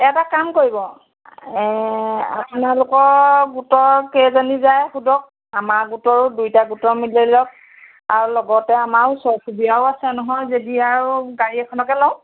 এটা কাম কৰিব আপোনালোকৰ গোটৰ কেইজনী যায় সোধক আমাৰ গোটৰো দুইটা গোটৰ মিলাই লওক আৰু লগতে আমাৰ ওচৰ চুবুৰীয়াও আছে নহয় যদি আৰু গাড়ী এখনকে লওঁ